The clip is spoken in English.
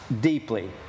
deeply